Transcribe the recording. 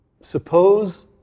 suppose